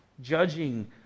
Judging